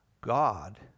God